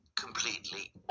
completely